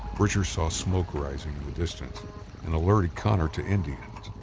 bridger saw smoke rising in the distance and alerted connor to indians.